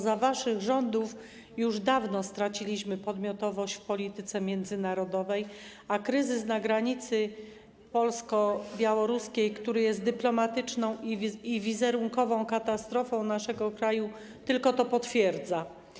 Za waszych rządów już dawno straciliśmy podmiotowość w polityce międzynarodowej, a kryzys na granicy polsko-białoruskiej, który jest dyplomatyczną i wizerunkową katastrofą naszego kraju, tylko to potwierdza.